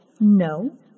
No